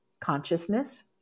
Consciousness